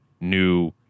new